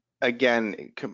again